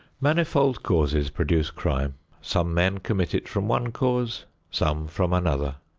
manifold causes produce crime some men commit it from one cause some from another.